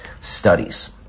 studies